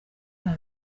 nta